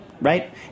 Right